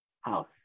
house